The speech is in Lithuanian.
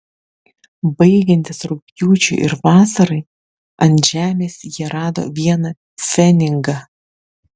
baigiantis rugpjūčiui ir vasarai ant žemės jie rado vieną pfenigą